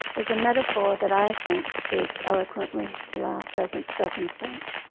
is a metaphor that i think speaks eloquently to our present circumstance.